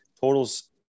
totals